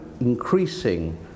increasing